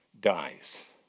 dies